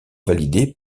validé